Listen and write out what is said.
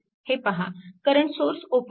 हे पहा current source open केला आहे